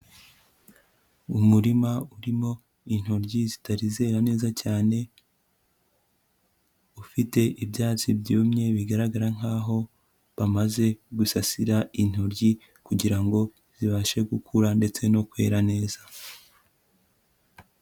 Umurima urimo intoryi zitari zera neza cyane, ufite ibyatsi byumye bigaragara nk'aho bamaze gusasira intoryi. Kugira ngo zibashe gukura ndetse no kwera neza.